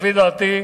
לפי דעתי,